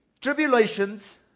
Tribulations